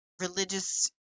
religious